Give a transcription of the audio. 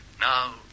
Now